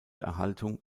erhaltung